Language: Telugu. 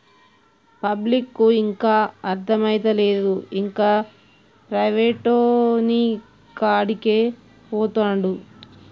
పబ్లిక్కు ఇంకా అర్థమైతలేదు, ఇంకా ప్రైవేటోనికాడికే పోతండు